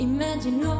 Imagine